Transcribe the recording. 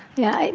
yeah.